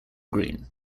green